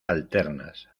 alternas